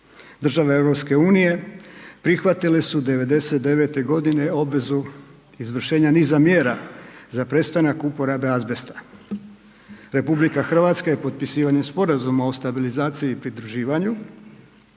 Države EU prihvatile su 99. g. obvezu izvršenja niza mjera za prestanak uporabe azbesta. RH je potpisivanjem Sporazuma o stabilizaciji i pridruživanju